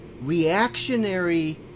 reactionary